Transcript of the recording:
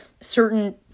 certain